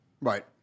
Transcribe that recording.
Right